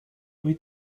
wyt